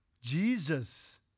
Jesus